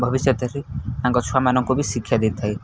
ଭବିଷ୍ୟତରେ ତାଙ୍କ ଛୁଆମାନଙ୍କୁ ବି ଶିକ୍ଷା ଦେଇଥାଏ